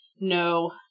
No